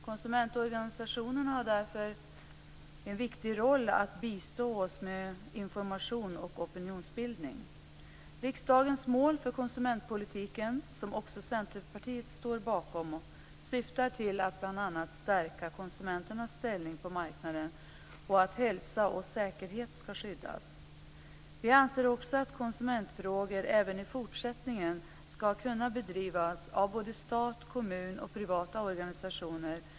Konsumentorganisationerna har därför en viktig roll att bistå oss med information och opinionsbildning. Riksdagens mål för konsumentpolitiken, som också Centerpartiet står bakom, syftar bl.a. till att stärka konsumenternas ställning på marknaden och att hälsa och säkerhet skall skyddas. Vi anser också att konsumentfrågor även i fortsättningen skall kunna drivas av både stat, kommun och privata organisationer.